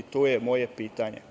To je moje pitanje.